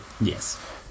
Yes